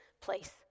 place